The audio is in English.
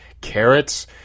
carrots